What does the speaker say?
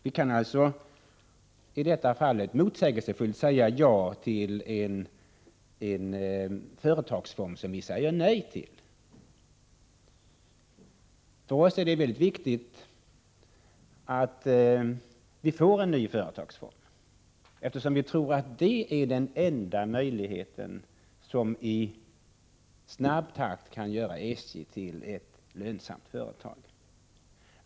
Vi kan alltså i detta fall motsägelsefullt säga ja till en företagsform som vi samtidigt säger nej till. För oss är det mycket viktigt att få en ny företagsform, eftersom vi tror att det är den enda möjligheten att i snabb takt göra SJ till ett lönsamt företag.